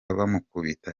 bamukubita